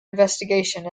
investigation